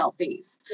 selfies